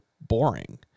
boring